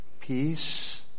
Peace